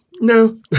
No